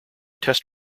test